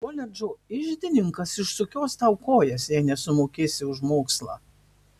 koledžo iždininkas išsukios tau kojas jei nesumokėsi už mokslą